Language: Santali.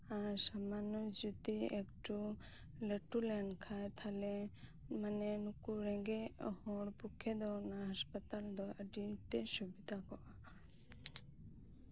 ᱟᱨ ᱥᱟᱢᱟᱱᱱᱚ ᱡᱚᱫᱤ ᱮᱠᱴᱩ ᱞᱟᱹᱴᱩ ᱞᱮᱱᱠᱷᱟᱱ ᱛᱟᱦᱞᱮ ᱜᱮ ᱦᱚᱲ ᱯᱚᱠᱠᱷᱮ ᱫᱚ ᱟᱹᱰᱤᱜᱮ ᱥᱩᱵᱤᱫᱷᱟ ᱠᱚᱜᱼᱟ